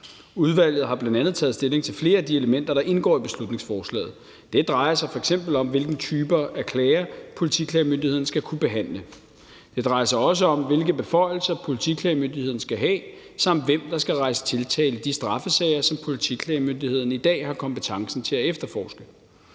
Udvalget har bl.a. taget stilling til flere af de elementer, der indgår i beslutningsforslaget. Det drejer sig f.eks. om, hvilke typer af klager Politiklagemyndigheden skal kunne behandle. Det drejer sig også om, hvilke beføjelser Politiklagemyndigheden skal have, samt hvem der skal rejse tiltale i i de straffesager, som Politiklagemyndigheden i dag har kompetencen til at efterforske.